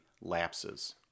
lapses